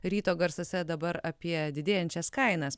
ryto garsuose dabar apie didėjančias kainas